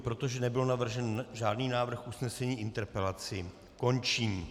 Protože nebyl navržen žádný návrh usnesení, interpelaci končím.